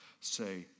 say